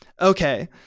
okay